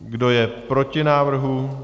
Kdo je proti návrhu?